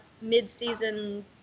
mid-season